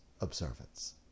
observance